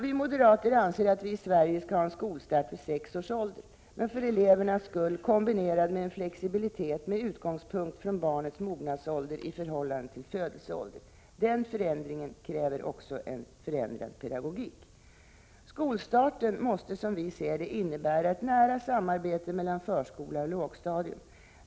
Vi moderater anser att man i Sverige skall ha en skolstart vid sex års ålder — men för elevernas skull kombinerad med en flexibilitet med utångspunkt från barnets mognadsålder i förhållande till födelseålder. Den förändringen kräver också en förändrad pedagogik. Skolstarten måste, som vi ser det, innebära ett nära samarbete mellan förskola och lågstadium.